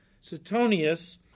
Suetonius